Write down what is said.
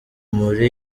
muri